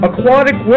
Aquatic